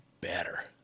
better